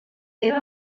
era